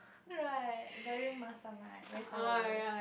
right very masam right very sour